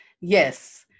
Yes